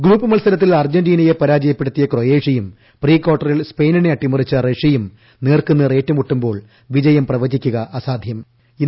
group മത്സരത്തിൽ അർജ്ജന്റീനയെ പരാജയപ്പെടൂത്തിയ ക്രൊയേഷ്യയും പ്രീകാർട്ടറിൽ സ്പെയിനിനെ അട്ടിമറിച്ച റഷ്യയും നേർക്കുനേർ ഏറ്റുമുട്ടുമ്പോൾ വിജയം പ്രവചിക്കുക അസാധ്യമാണ്